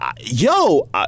yo